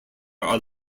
are